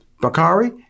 Bakari